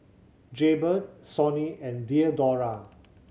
Jaybird Sony and Diadora